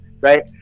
right